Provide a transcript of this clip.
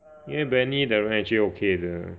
因为 Benny 的人 actually okay 的